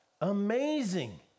amazing